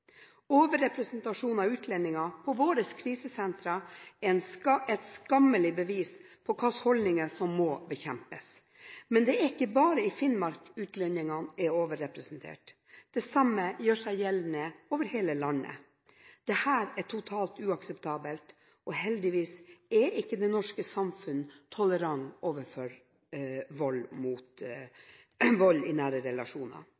Overrepresentasjon av utlendinger på våre krisentre er et skammelig bevis på hvilke holdninger som må bekjempes. Men det er ikke bare i Finnmark utlendingene er overrepresentert. Det samme gjør seg gjeldende over hele landet. Dette er totalt uakseptabelt, og heldigvis er ikke det norske samfunn tolerant overfor vold i nære relasjoner.